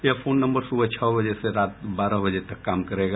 यह phone number सुबह छह बजे से रात बारह बजे तक काम करेगा